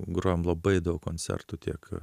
grojom labai daug koncertų tiek